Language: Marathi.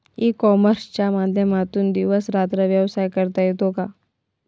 ई कॉमर्सच्या माध्यमातून दिवस रात्र व्यवसाय करता येतो का?